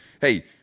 hey